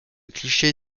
cliché